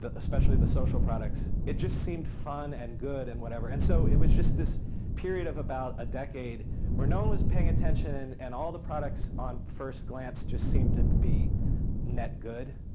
especially the social products, it just seemed fun and good and whatever. and so it was just this period of about a decade where no one was paying attention and all the products on first glance just seem to be net good.